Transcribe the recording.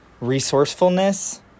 resourcefulness